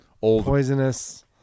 poisonous